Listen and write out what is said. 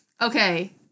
Okay